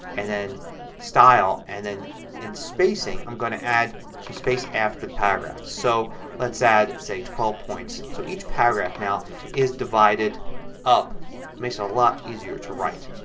and then style, and then in spacing i'm going to add some space after the paragraph. so let's add say twelve points. so each paragraph now is divided up. it makes it a lot easier to write.